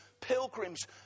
pilgrims